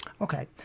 Okay